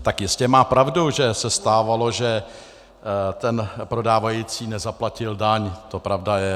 Tak jistě má pravdu, že se stávalo, že prodávající nezaplatil daň, to pravda je.